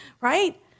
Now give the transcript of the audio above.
right